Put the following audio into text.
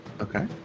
Okay